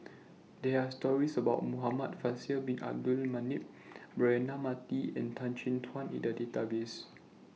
There Are stories about Muhamad Faisal Bin Abdul Manap Braema Mathi and Tan Chin Tuan in The Database